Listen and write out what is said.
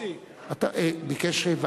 דב חנין ביקש.